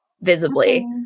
visibly